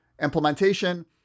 implementation